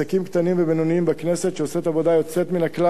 קטנים ובינוניים בכנסת שעושה עבודה יוצאת מן הכלל,